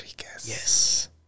Yes